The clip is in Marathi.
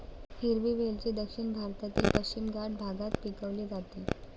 हिरवी वेलची दक्षिण भारतातील पश्चिम घाट भागात पिकवली जाते